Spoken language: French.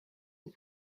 aux